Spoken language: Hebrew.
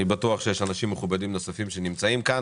בטוח שיש אנשים מכובדים נוספים שנמצאים כאן.